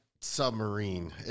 submarine